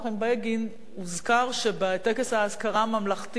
הוזכר שבטקס האזכרה הממלכתי לז'בוטיניסקי